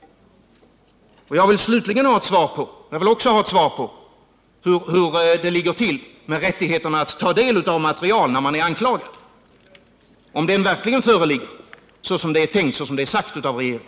Vidare vill jag veta hur det ligger till med anklagads rätt att ta del av material. Föreligger denna rätt såsom är sagt av regeringen?